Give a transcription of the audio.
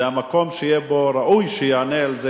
זה המקום שיהיה בו ראוי שיענה על זה,